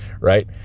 right